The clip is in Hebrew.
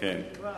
היה להם קרב.